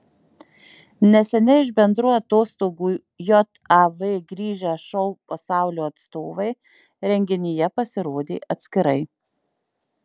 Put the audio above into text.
neseniai iš bendrų atostogų jav grįžę šou pasaulio atstovai renginyje pasirodė atskirai